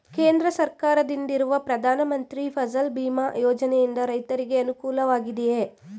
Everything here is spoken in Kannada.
ಕೇಂದ್ರ ಸರ್ಕಾರದಿಂದಿರುವ ಪ್ರಧಾನ ಮಂತ್ರಿ ಫಸಲ್ ಭೀಮ್ ಯೋಜನೆಯಿಂದ ರೈತರಿಗೆ ಅನುಕೂಲವಾಗಿದೆಯೇ?